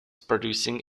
producing